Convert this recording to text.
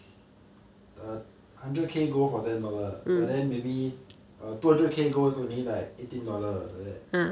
the hundred k~ gold for ten dollar but then maybe a two hundred k~ gold is only like eighteen dollar like that